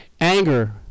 anger